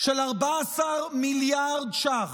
של 14 מיליארד ש"ח,